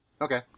Okay